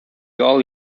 alley